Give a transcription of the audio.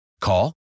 Call